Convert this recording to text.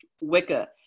Wicca